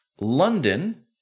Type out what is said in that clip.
London